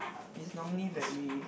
is normally very